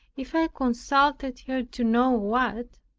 if i consulted her to know what,